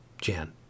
Jan